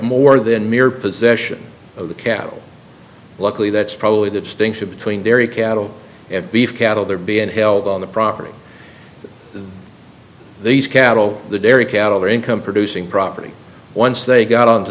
more than mere possession of the cattle luckily that's probably the distinction between dairy cattle and beef cattle they're being held on the property of these cattle the dairy cattle are income producing property once they got onto